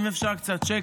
אם אפשר קצת שקט,